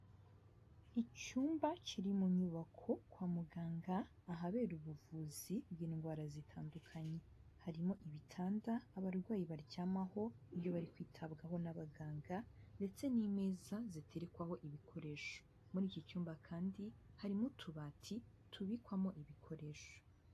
Icyumba kiri mu nyubako kwa muganga, ahabera ubuvuzi bw'indwara zitandukanye, harimo ibitanda abarwayi baryamaho iyo bari kwitabwaho n'abaganga ndetse n'imeza ziterekwaho ibikoresho, muri iki cyumba kandi harimo utubati tubikwamo ibikoresho.